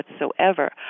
whatsoever